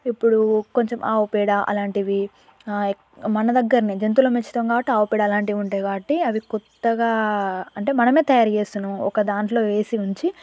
ఇప్పుడూ కొంచెం ఆవు పేడ అలాంటివి మన దగ్గర నుంచి జంతువులను పెంచుతాం కాబట్టి ఆవు పేడ అలాంటివి ఉంటాయి కాబట్టి అవి కొత్తగా అంటే మనమే తయారు చేస్తున్నావు ఒక దాంట్లో వేసి ఉంచి